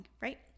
right